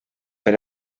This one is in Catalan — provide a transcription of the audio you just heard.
per